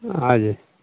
हंँ जी